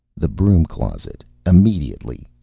the broom-closet. immediately.